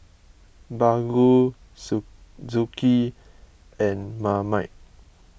Baggu Suzuki and Marmite